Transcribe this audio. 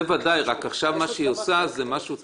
בכל זאת לקבוע מספר שנים הוא יכול להגיע עד 30 שנה.